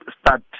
start